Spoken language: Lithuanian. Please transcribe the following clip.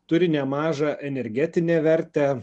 turi nemažą energetinę vertę